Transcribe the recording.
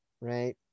right